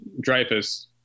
Dreyfus